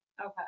okay